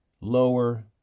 lower